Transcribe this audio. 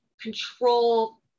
control